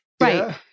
right